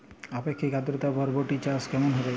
আপেক্ষিক আদ্রতা বরবটি চাষ কেমন হবে?